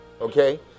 Okay